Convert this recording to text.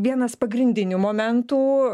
vienas pagrindinių momentų